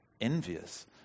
envious